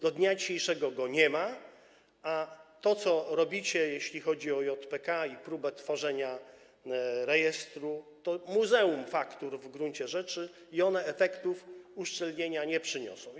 Do dnia dzisiejszego go nie ma, a to, co robicie, jeśli chodzi o JPK i próbę tworzenia rejestru, to muzeum faktur w gruncie rzeczy i to efektu uszczelnienia nie przyniesie.